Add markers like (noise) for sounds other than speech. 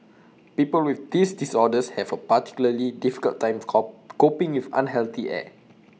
people with these disorders have A particularly difficult time (unintelligible) coping with unhealthy air